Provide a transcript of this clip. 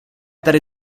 tady